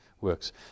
Works